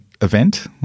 event